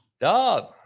Dog